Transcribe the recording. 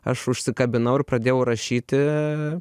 aš užsikabinau ir pradėjau rašyti